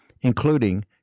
including